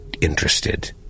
interested